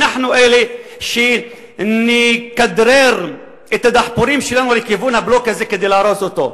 אנחנו אלה שנכדרר את הדחפורים שלנו לכיוון הבלוק הזה כדי להרוס אותו.